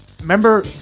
remember